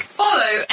follow